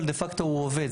אבל דה פקטו הוא עובד.